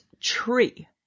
tree